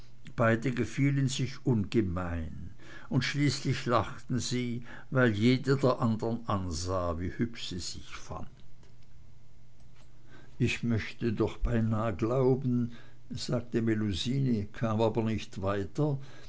beide gefielen sich ungemein und schließlich lachten sie weil jede der andern ansah wie hübsch sie sich fand ich möchte doch beinah glauben sagte melusine kam aber nicht weiter